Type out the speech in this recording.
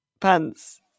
pants